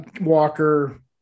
Walker